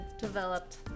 developed